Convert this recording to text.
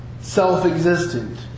self-existent